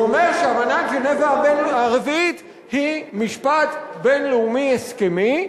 הוא אומר שאמנת ז'נבה הרביעית היא משפט בין-לאומי הסכמי,